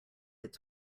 its